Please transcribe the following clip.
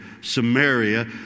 Samaria